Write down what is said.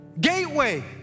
Gateway